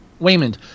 waymond